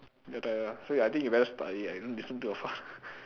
like that ah so I think you better study ah you don't listen to your father